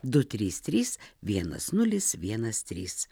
du trys trys vienas nulis vienas trys